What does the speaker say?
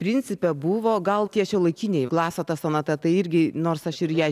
principe buvo gal tie šiuolaikiniai glaso ta sonata tai irgi nors aš ir ją